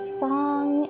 song